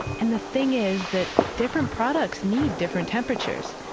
and the thing is that different products need different temperatures.